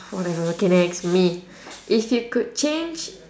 whatever okay next me if you could change